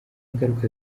ngaruka